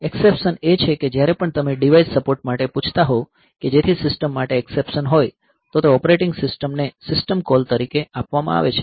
exception એ છે કે જ્યારે પણ તમે ડિવાઇસ સપોર્ટ માટે પૂછતા હોવ કે જેથી તે સિસ્ટમ માટે એક્સેપ્શન હોય તો તે ઑપરેટિંગ સિસ્ટમને સિસ્ટમ કૉલ તરીકે આપવામાં આવે છે